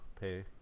pay